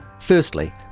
Firstly